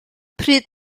pryd